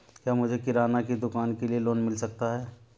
क्या मुझे किराना की दुकान के लिए लोंन मिल सकता है?